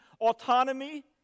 autonomy